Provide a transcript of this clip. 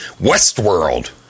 Westworld